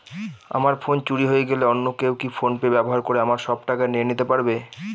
আমার ফোন চুরি হয়ে গেলে অন্য কেউ কি ফোন পে ব্যবহার করে আমার সব টাকা নিয়ে নিতে পারবে?